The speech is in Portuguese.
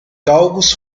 galgos